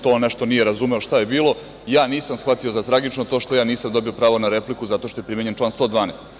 To nešto nije razumeo šta je bilo, ja nisam shvatio za tragično to što ja nisam dobio pravo na repliku, zato što je primenjen član 112.